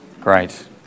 Great